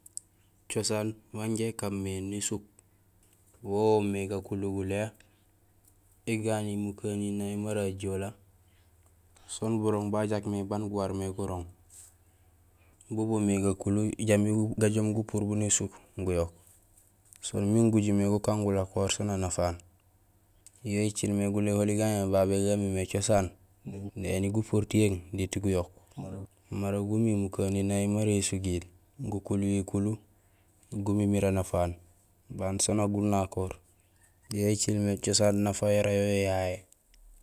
Cosaan wan inja ékaan mé nésuk; wo woomé gakulu gulé; éganil mukanineey mara ajoolee, soon burooŋ bajak mé baan guwar mé gurooŋbo boomé gakulu jambi gajoom gupuur bu nésuk guyook siin miin guju mé gukaan gulakohor sén anafaan yo écilmé gulé oli gaamé babé gamiir mé cosaan éni gupuur tiying diit guyook mara gumiir mukanineej mara ésugil gukuhil kulu gumimiir anafaan baan sén nak gunakoor yo écilmé cosaan nafa yara yo, yo yayé.